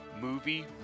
Movie